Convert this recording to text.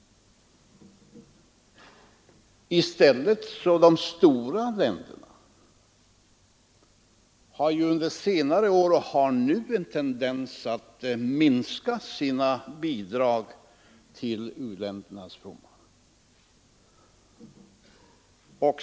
I stället har de stora länderna nu en tendens att minska sina bidrag till u-ländernas fromma.